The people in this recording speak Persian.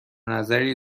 نظری